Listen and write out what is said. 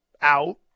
out